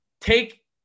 take